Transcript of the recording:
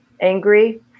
angry